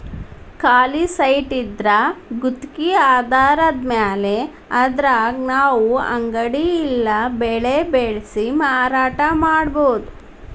ಖಾಲಿ ಸೈಟಿದ್ರಾ ಗುತ್ಗಿ ಆಧಾರದ್ಮ್ಯಾಲೆ ಅದ್ರಾಗ್ ನಾವು ಅಂಗಡಿ ಇಲ್ಲಾ ಬೆಳೆ ಬೆಳ್ಸಿ ಮಾರಾಟಾ ಮಾಡ್ಬೊದು